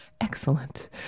excellent